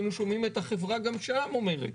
היינו שומעים את החברה גם שם אומרת,